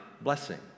blessing